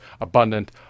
abundant